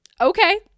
Okay